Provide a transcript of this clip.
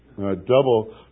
Double